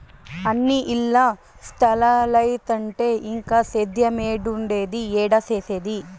అన్నీ ఇల్ల స్తలాలైతంటే ఇంక సేద్యేమేడుండేది, ఏడ సేసేది